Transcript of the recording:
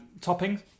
Toppings